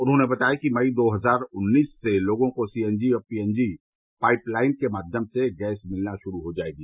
उन्होंने बताया कि मई दो हजार उन्नीस से लोगों को सीएनजी और पीएनजी पाइप लाइन के माध्यम से गैस मिलना शुरू हो जायेगी